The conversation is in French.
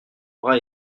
bras